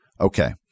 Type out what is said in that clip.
Okay